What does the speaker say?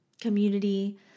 community